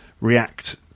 react